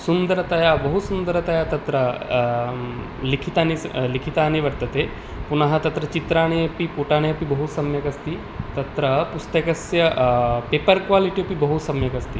सुन्दरतया बहु सुन्दरतया तत्र लिखितानि स् लिखितानि वर्तते पुनः तत्र चित्राणि अपि पुटने अपि बहुसम्यक् अस्ति तत्र पुस्तकस्य पेपर् क्वालिटि अपि बहुसम्यक् अस्ति